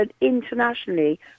internationally